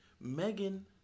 Megan